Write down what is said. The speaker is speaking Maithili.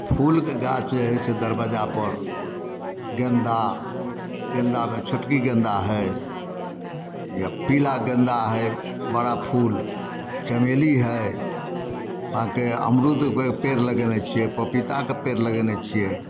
फूलके गाछ रहै छै दरबज्जापर गेन्दा गेन्दाके छोटकी गेन्दा हइ पीला गेन्दा हइ बड़ा फूल चमेली हइ अहाँके अमरूदके पेड़ लगेने छियै पपीताके पेड़ लगेने छियै